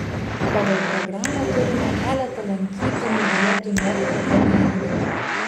pagal programą turime keletą lankytinų vietų ne pchenjane